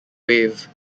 wave